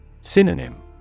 Synonym